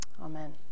Amen